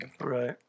Right